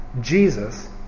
Jesus